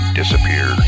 disappear